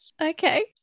Okay